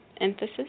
Emphasis